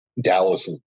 dallas